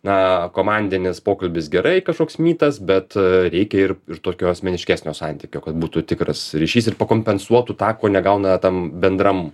na komandinis pokalbis gerai kažkoks mytas bet reikia ir ir tokio asmeniškesnio santykio kad būtų tikras ryšys ir pakompensuotų tą ko negauna tam bendram